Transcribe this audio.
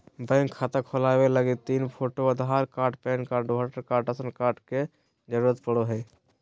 bank खाता खोलबावे लगी तीन photo, Aadhaar card, PAN card, voter card, ration card के जरूरत पड़ो हय